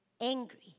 angry